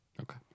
Okay